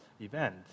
event